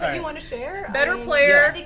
you want to share? better player.